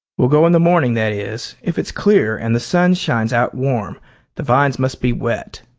we'll go in the morning, that is, if it's clear, and the sun shines out warm the vines must be wet.